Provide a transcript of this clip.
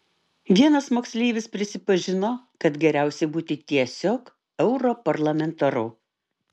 vienas moksleivis prisipažino kad geriausia būti tiesiog europarlamentaru